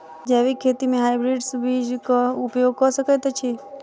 जैविक खेती म हायब्रिडस बीज कऽ उपयोग कऽ सकैय छी?